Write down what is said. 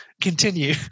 continue